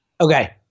Okay